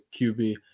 qb